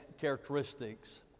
characteristics